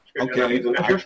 Okay